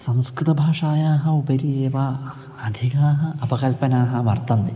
संस्कृतभाषायाः उपरि एव अधिकाः अपकल्पनाः वर्तन्ते